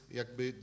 jakby